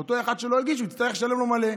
שאותו אחד שלא הגיש יצטרך לשלם מלא.